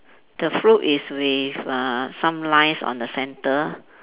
the float is with uh some lines on the centre